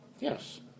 Yes